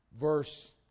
verse